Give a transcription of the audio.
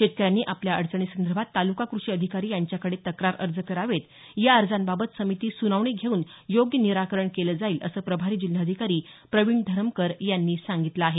शेतकऱ्यांनी आपल्या अडचणींसंदर्भात तालुका कृषी अधिकारी यांच्याकडे तक्रार अर्ज करावेत या अर्जांबाबत समिती सुनावणी घेऊन योग्य निराकरण केलं जाईल असं प्रभारी जिल्हाधिकारी प्रविण धरमकर यांनी सांगितलं आहे